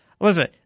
listen